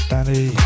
Danny